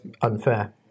unfair